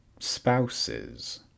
spouses